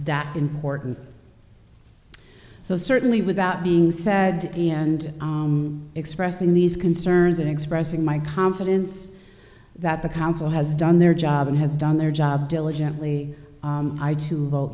that important so certainly without being said and expressing these concerns and expressing my confidence that the council has done their job and has done their job diligently